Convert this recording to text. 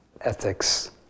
ethics